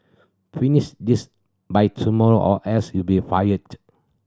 finish this by tomorrow or else you'll be fired